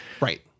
Right